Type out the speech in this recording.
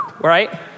right